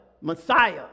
Messiah